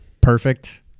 perfect